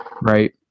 right